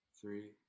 Three